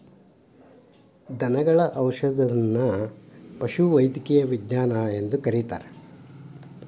ದನಗಳ ಔಷಧದನ್ನಾ ಪಶುವೈದ್ಯಕೇಯ ವಿಜ್ಞಾನ ಎಂದು ಕರೆಯುತ್ತಾರೆ